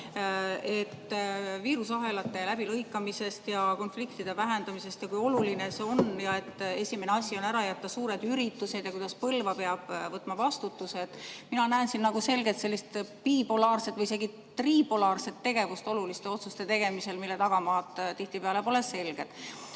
viirusahelate läbilõikamisest ja kontaktide vähendamisest, kui oluline see on, ja et esimene asi on ära jätta suured üritused ja et Põlva peab võtma vastutuse. Mina näen siin selgelt sellist bipolaarset või isegi tripolaarset tegevust oluliste otsuste tegemisel, mille tagamaad tihtipeale pole selged.